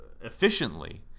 efficiently